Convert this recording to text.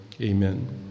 Amen